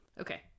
okay